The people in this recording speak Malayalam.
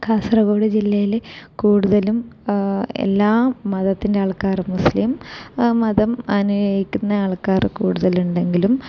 കാസർഗോഡ് ജില്ലയില് കൂടുതലും എല്ലാ മതത്തിൻ്റെ ആൾക്കാറും മുസ്ലിം മതം അനുകരിക്കുന്ന ആൾക്കാർ കൂടുതൽ ഉണ്ടെങ്കിലും